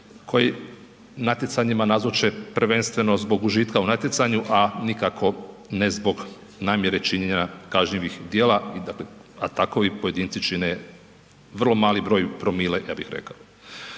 koji natjecanjima nazoče prvenstveno zbog užitka u natjecanju a nikako ne zbog namjere činjenja kažnjivih djela dakle a takvi pojedinci čine vrlo mali broj promila, ja bih rekao.